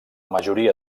majoria